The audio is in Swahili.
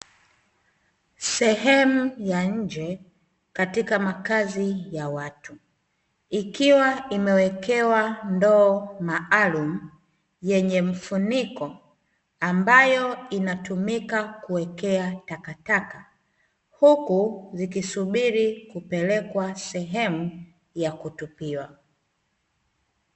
Sehemu ya nje katika makazi ya watu, ikiwa imewekewa ndoo maalumu yenye mfuniko, ambayo inatumika kuwekea takataka, huku zikisubiri kupelekwa sehemu ya kutupiwa.